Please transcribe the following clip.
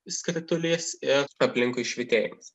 skritulys ir aplinkui švytėjimas